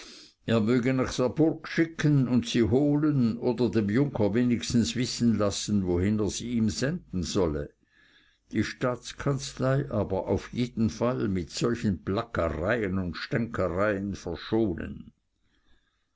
er möchte nach der burg schicken und sie holen oder dem junker wenigstens wissen lassen wohin er sie ihm senden solle die staatskanzlei aber auf jeden fall mit solchen plackereien und stänkereien verschonen